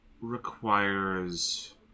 requires